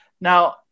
Now